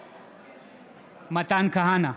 בעד מתן כהנא,